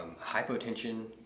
Hypotension